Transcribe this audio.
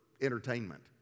entertainment